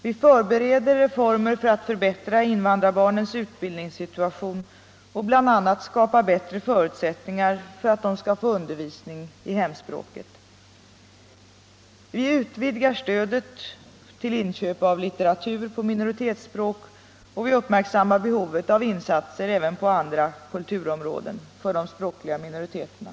Vi förbereder reformer för att förbättra invandrarbarnens utbildningssituation och bl.a. skapa bättre förutsättningar för att de skall få undervisning i hemspråket. Vi utvidgar stödet till inköp av litteratur på minoritetsspråk och vi uppmärksammar behovet av in — Nr 80 satser även på andra kulturområden för de språkliga minoriteterna.